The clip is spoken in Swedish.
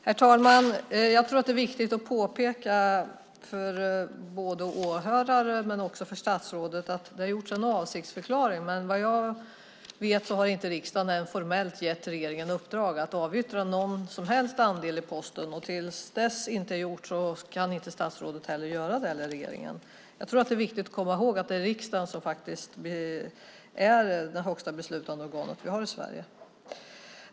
Herr talman! Jag tror att det är viktigt att påpeka för både åhörare och statsrådet att det har gjorts en avsiktsförklaring - men vad jag vet har inte riksdagen ännu formellt gett regeringen uppdrag att avyttra någon som helst andel i Posten. Och så länge det inte är gjort kan inte statsrådet eller regeringen heller göra det. Jag tror att det är viktigt att komma ihåg att det faktiskt är riksdagen som är det högsta beslutande organet i Sverige.